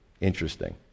Interesting